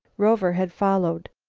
rover had followed.